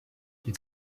die